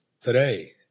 today